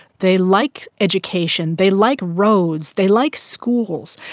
they like education, they like roads, they like schools,